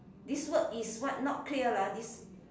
this word is what not clear lah this